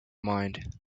mind